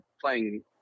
playing